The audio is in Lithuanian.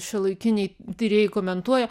šiuolaikiniai tyrėjai komentuoja